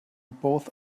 both